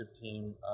team